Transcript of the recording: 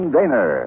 Daner